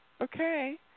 Okay